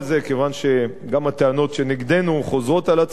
כיוון שגם הטענות נגדנו חוזרות על עצמן,